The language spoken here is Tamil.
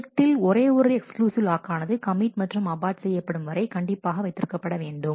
ஸ்ட்ரீக்ட்டில் ஒரே ஒரு எக்ஸ்க்ளூசிவ் லாக் ஆனது கமிட் மற்றும் அபார்ட் செய்யப்படும் வரை கண்டிப்பாக வைத்திருக்க பட வேண்டும்